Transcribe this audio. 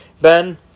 Ben